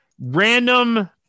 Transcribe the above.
random